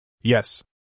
Yes